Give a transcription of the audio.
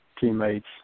teammates